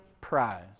prize